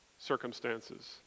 circumstances